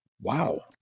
Wow